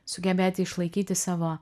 sugebėti išlaikyti savo